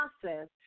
process